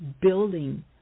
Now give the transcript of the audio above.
building